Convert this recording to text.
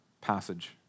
passage